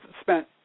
spent